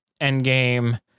Endgame